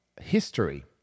history